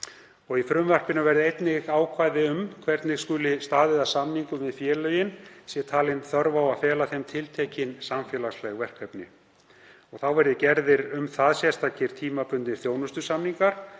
Í frumvarpinu verði einnig ákvæði um hvernig skuli staðið að samningum við félögin, sé talin þörf á að fela þeim tiltekin samfélagsleg verkefni. Um þau verði þá gerðir sérstakir tímabundnir þjónustusamningar